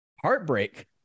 heartbreak